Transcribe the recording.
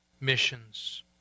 Missions